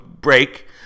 break